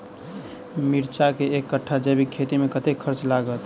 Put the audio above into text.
मिर्चा केँ एक कट्ठा जैविक खेती मे कतेक खर्च लागत?